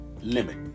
Limit